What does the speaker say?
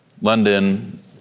London